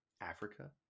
africa